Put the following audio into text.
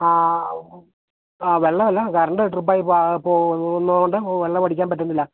ആ ആ വെള്ളമല്ല കറണ്ട് ഡ്രിപ്പ് ആയി പോകുന്നതുകൊണ്ട് വെള്ളമടിക്കാൻ പറ്റുന്നില്ല